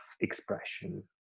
expression